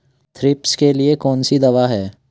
Thrips के लिए कौन सी दवा है?